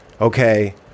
okay